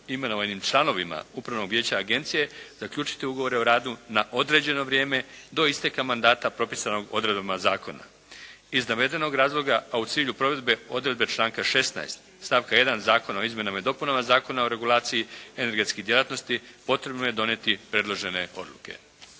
novoimenovanim članovima upravnog vijeća Agencije zaključiti ugovore o radu na određeno vrijeme do isteka mandata propisanog odredbama zakona. Iz navedenog razloga, a u cilju provedbe odredbe članka 16. stavka 1. Zakona o izmjenama i dopunama Zakona o regulaciji energetskih djelatnosti potrebno je donijeti predložene odluke.